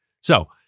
So-